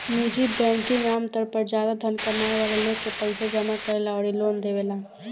निजी बैंकिंग आमतौर पर ज्यादा धन कमाए वाला लोग के पईसा जामा करेला अउरी लोन देवेला